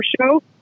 show